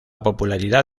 popularidad